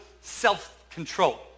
self-control